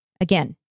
again